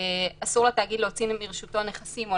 אסור לתאגיד להוציא מרשותו נכסים או